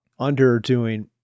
underdoing